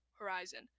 horizon